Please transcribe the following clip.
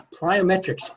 plyometrics